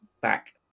back